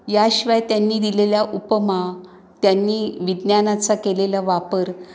याशिवाय त्यांनी दिलेल्या उपमा त्यांनी विज्ञानाचा केलेला वापर